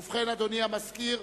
אדוני המזכיר,